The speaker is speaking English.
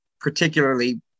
particularly